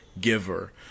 giver